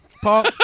Paul